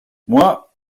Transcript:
moi